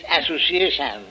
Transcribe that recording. association